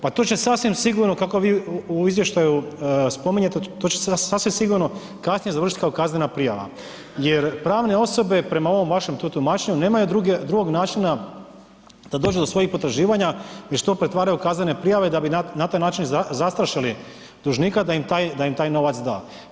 Pa to će sasvim sigurno kako vi u izvještaju spominjete, to će sasvim sigurno kasnije završiti kao kaznena prijava jer pravne osobe prema ovom vašem tu tumačenju, nemaju drugog načina da dođu do svojih potraživanja i što pretvaraju u kaznene prijave da bi na taj način zastrašili dužnika da im taj novac da.